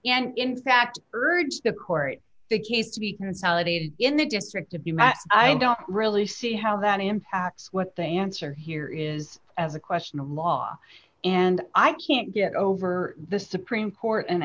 and in fact urge the court the case to be consolidated in the district to be met i don't really see how that impacts what they answer here is as a question of law and i can't get over the supreme court and